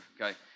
okay